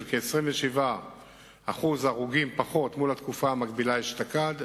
של כ-27% פחות הרוגים לעומת התקופה המקבילה אשתקד,